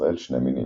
בישראל 2 מינים.